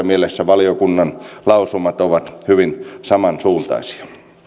mielessä valiokunnan lausumat ovat hyvin samansuuntaisia